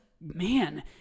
man